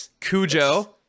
Cujo